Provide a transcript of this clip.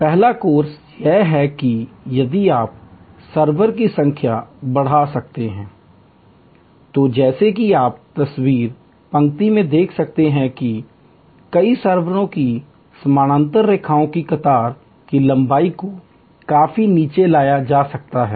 पहला कोर्स यह है कि यदि आप सर्वर की संख्या बढ़ा सकते हैंI तो जैसा कि आप तीसरी पंक्ति में देख सकते हैं कई सर्वरों की समानांतर रेखाओं की की मदद से रेखाओं की कतार की लंबाई को काफी नीचे लाया जा सकता है